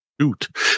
shoot